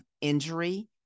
injury